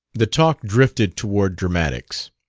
the talk drifted toward dramatics,